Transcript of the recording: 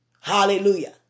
Hallelujah